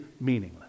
meaningless